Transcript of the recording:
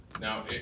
Now